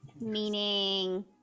Meaning